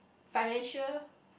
financial